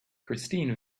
christine